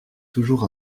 toujours